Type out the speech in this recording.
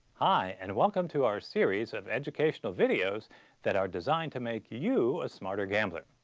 hi and welcome to our series of educational videos that are designed to make you a smarter gambler.